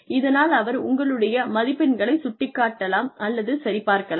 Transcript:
இதனால் அவர் உங்களுடைய மதிப்பெண்களைச் சுட்டிக் காட்டலாம் அல்லது சரிபார்க்கலாம்